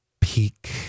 Peak